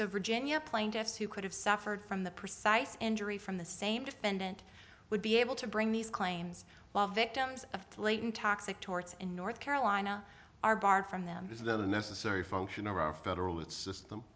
so virginia plaintiffs who could have suffered from the precise injury from the same defendant would be able to bring these claims while victims of latent toxic torts in north carolina are barred from them